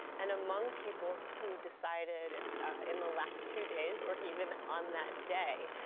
and among people who decided in the last few days or even on that day,